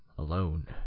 alone